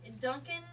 Duncan